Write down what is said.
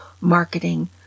marketing